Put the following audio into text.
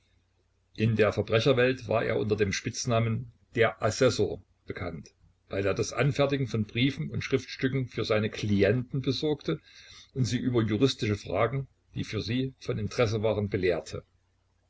in der verbrecherwelt war er unter dem spitznamen der assessor bekannt weil er das anfertigen von briefen und schriftstücken für seine klienten besorgte und sie über juristische fragen die für sie von interesse waren belehrte